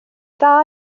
dda